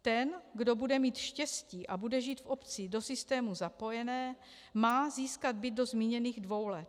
Ten, kdo bude mít štěstí a bude žít v obci do systému zapojené, má získat byt do zmíněných dvou let.